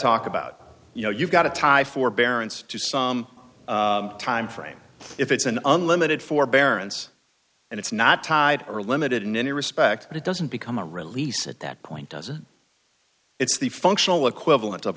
talk about you know you've got to tie forbearance to some timeframe if it's an unlimited forbearance and it's not tied or limited in any respect it doesn't become a release at that point doesn't it's the functional equivalent of